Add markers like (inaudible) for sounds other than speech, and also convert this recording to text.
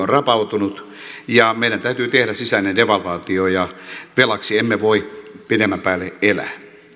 (unintelligible) on rapautunut ja meidän täytyy tehdä sisäinen devalvaatio velaksi emme voi pidemmän päälle elää